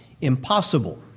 Impossible